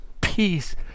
peace